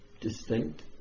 distinct